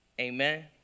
Amen